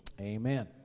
amen